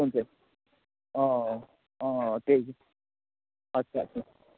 कुन चाहिँ त्यही अच्छा छा